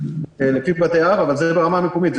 לפי בתי אב אבל זה ברמה המקומית.